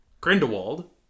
Grindelwald